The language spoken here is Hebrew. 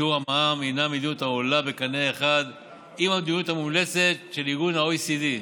שיעור המע"מ היא מדיניות העולה בקנה אחד עם המדיניות המומלצת של ה-OECD.